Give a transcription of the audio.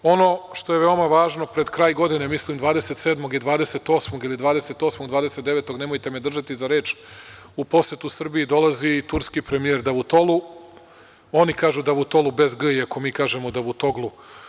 Ono što je veoma važno pred kraj godine, mislim 27. i 28. ili 29. nemojte me držati za reč u posetu Srbiji dolazi i turski premijer Davutoglu, oni Davutolu bez g iako mi kažemo Davutoglu.